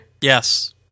yes